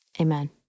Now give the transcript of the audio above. Amen